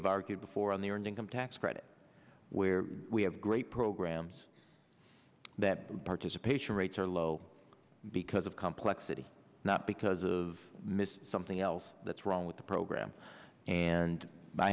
have argued before on the earned income tax credit where we have great programs that participation rates are low because of complexity not because of missed something else that's wrong with the graham and